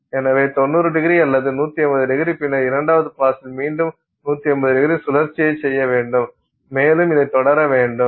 எனவே 90º அல்லது 180º பின்னர் இரண்டாவது பாஸில் மீண்டும் 180º சுழற்சியைச் செய்ய வேண்டும் மேலும் இதைத் தொடர வேண்டும்